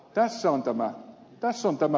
tässä on tämä pihvi